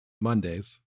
Mondays